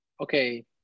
okay